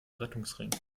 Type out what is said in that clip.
rettungsring